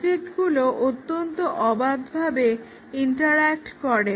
অবজেক্টগুলোও অত্যন্ত অবাধভাবে ইন্টার্যেক্ট করে